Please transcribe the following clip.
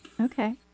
okay